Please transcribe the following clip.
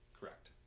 Correct